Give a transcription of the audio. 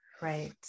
Right